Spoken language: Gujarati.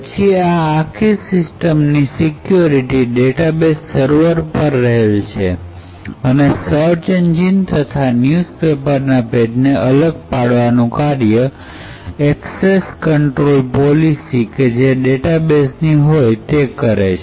પછી આ આખી સિસ્ટમ ની સિક્યુરિટી ડેટાબેસ સર્વર પર રહેલી છે અને સર્ચ એન્જિન તથા ન્યૂઝપેપરના પેજને અલગ પાડવાનું કાર્ય એક્સેસ કંટ્રોલ પોલીસી કે જે ડેટાબેઝ ની હોય તે કરશે